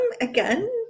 again